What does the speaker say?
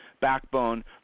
backbone